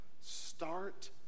Start